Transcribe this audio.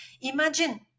imagine